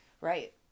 Right